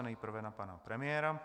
Nejprve na pana premiéra.